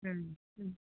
হুম হুম